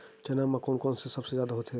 चना म कोन से सबले जादा होथे?